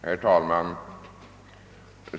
Herr talman!